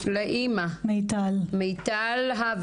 שמי מיטל,